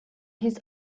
his